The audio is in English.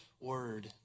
word